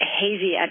hazy